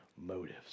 motives